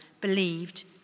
believed